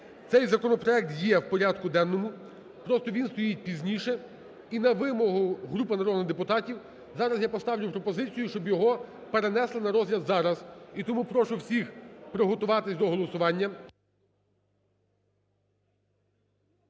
Цей законопроект є в порядку денному, просто він стоїть пізніше. І на вимогу групи народних депутатів зараз я поставлю пропозицію, щоб його перенесли на розгляд зараз. І тому прошу всіх приготуватись до голосування.